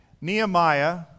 Nehemiah